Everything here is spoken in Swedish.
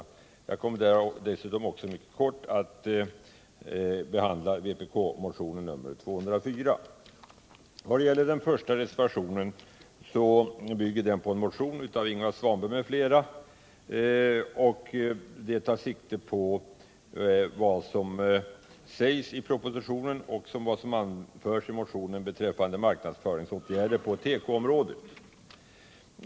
Jag skall dessutom mycket kort beröra vpk-motionen nr 204. Den första reservationen bygger på en motion av Ingvar Svanberg m.fl. och tar sikte på vad som sägs i propositionen beträffande marknadsföringsåtgärder på tekoområdet.